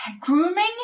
grooming